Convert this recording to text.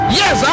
yes